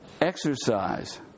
exercise